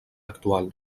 actual